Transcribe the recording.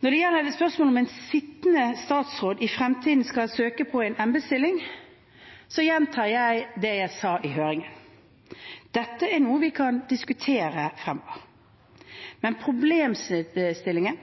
Når det gjelder spørsmålet om hvorvidt en sittende statsråd i fremtiden skal kunne søke på en embetsstilling, gjentar jeg det jeg sa i høringen: Dette er noe vi kan diskutere fremover, men problemstillingen